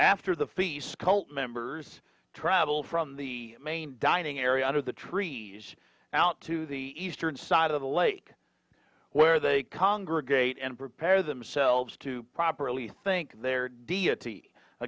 after the feast cult members traveled from the main dining area under the trees now to the eastern side of the lake where they congregate and prepare themselves to properly think their deity